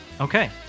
okay